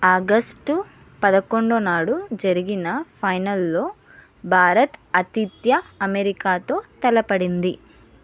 August పదకొండు నాడు జరిగిన ఫైనల్లో భారత్ ఆతిథ్య అమెరికాతో తలపడింది